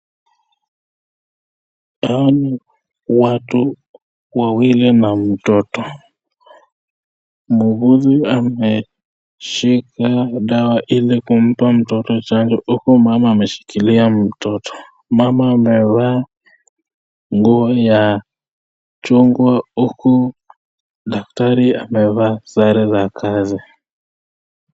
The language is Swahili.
Hawa ni watu wawili na mtoto. Muuguzi ameshika dawa ili kumpa mtoto chanjo huku mama ameshikilia mtoto. Mama amevaa nguo ya chungwa huku daktari amevaa sare za kazi.